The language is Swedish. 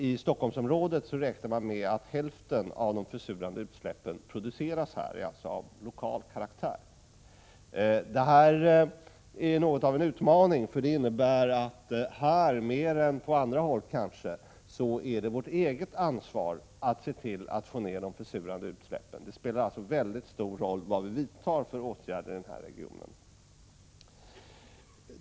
I Stockholmsområdet räknar man med att hälften av de försurande utsläppen produceras här, dvs. är av lokal karaktär. Detta är något av en utmaning, därför att det, mer än på andra håll, är vårt eget ansvar att se till att minska de försurande utsläppen. Det spelar alltså mycket stor roll vilka åtgärder som vidtas i regionen.